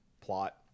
plot